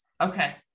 Okay